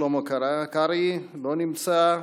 שלמה קרעי, לא נמצא,